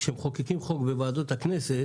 כשמחוקקים חוק בוועדות הכנסת,